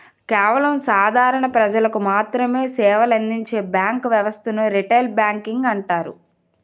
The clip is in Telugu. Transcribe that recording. కేవలం సాధారణ ప్రజలకు మాత్రమె సేవలందించే బ్యాంకు వ్యవస్థను రిటైల్ బ్యాంకింగ్ అంటారు